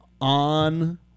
on